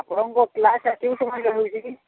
ଆପଣଙ୍କ କ୍ଳାସ ଆସିବ